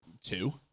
two